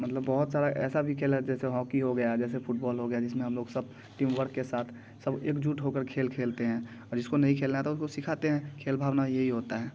मतलब बहुत सारा ऐसा भी खेल जैसे हॉकी हो गया जैसे फुटबॉल हो गया जिसमें हम लोग सब टीमवर्क के साथ सब एकजुट होकर खेल खेलते हैं जिसको नहीं खेलना था उसको सिखाते हैं खेल भावना यही होता है